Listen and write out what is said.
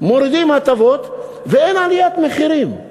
מורידים הטבות, ואין עליית מחירים?